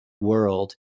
world